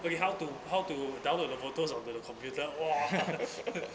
okay how to how to download the photos onto your computer !whoa! ah